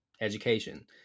education